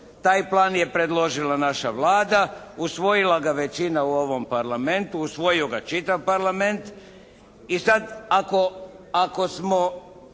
Taj plan je predložila naša Vlada, usvojila ga većina u ovom Parlamentu, usvojio ga čitav Parlament i sad ako, ako